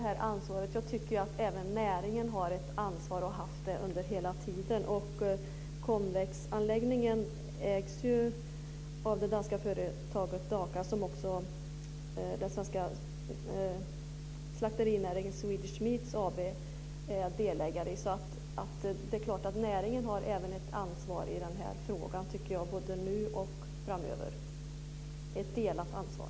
Herr talman! Även näringen har ett ansvar och har haft det hela tiden. Konvexanläggningen ägs av det danska företaget Daka, som den svenska slakterinäringens Swedish Meats AB är delägare i. Även näringen har ett ansvar i frågan, både nu och framöver. Det är ett delat ansvar.